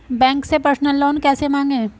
Bank से personal loan कैसे मांगें?